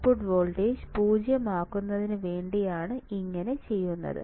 output voltage 0 ആക്കുന്നതിന് വേണ്ടിയാണ് ഇങ്ങനെ ചെയ്യുന്നത്